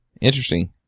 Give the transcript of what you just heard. Interesting